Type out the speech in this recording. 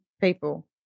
people